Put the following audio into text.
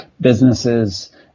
businesses